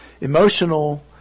emotional